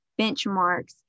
benchmarks